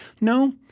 No